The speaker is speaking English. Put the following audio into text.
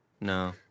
No